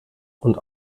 und